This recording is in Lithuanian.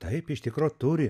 taip iš tikro turi